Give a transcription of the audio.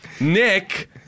Nick